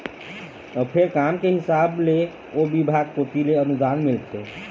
अउ फेर काम के हिसाब ले ओ बिभाग कोती ले अनुदान मिलथे